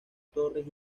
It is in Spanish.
torres